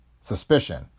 Suspicion